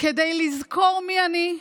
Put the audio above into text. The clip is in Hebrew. כדי לזכור מי אני,